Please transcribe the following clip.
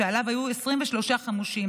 שעליו היו 23 חמושים.